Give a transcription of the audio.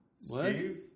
Steve